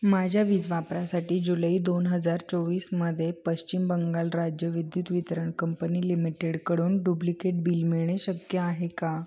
माझ्या वीज वापरासाठी जुलै दोन हजार चोवीसमध्ये पश्चिम बंगाल राज्य विद्युत वितरण कंपनी लिमिटेडकडून डुप्लिकेट बिल मिळणे शक्य आहे का